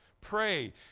Pray